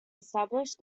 established